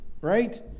right